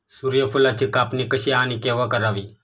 सूर्यफुलाची कापणी कशी आणि केव्हा करावी?